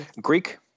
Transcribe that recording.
greek